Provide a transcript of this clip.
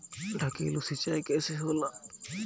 ढकेलु सिंचाई कैसे होला?